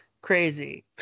crazy